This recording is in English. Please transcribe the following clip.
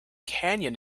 canyon